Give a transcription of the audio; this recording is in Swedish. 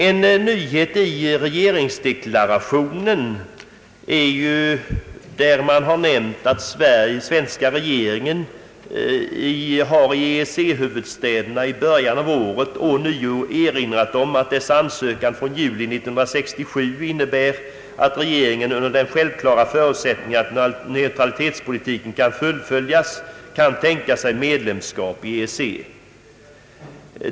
En nyhet i regeringsdeklarationen är att det nämns att den svenska regeringen i EEC-huvudstäderna i början av året ånyo har erinrat om att dess ansökan från juli 1967 innebär att regeringen, under den självklara förutsättningen att vår neutralitetspolitik kan fullföljas, kan tänka sig medlemskap i EEC.